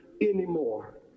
anymore